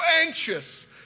anxious